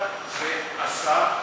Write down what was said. השר,